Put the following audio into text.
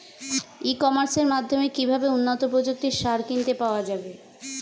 ই কমার্সের মাধ্যমে কিভাবে উন্নত প্রযুক্তির সার কিনতে পাওয়া যাবে?